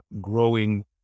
growing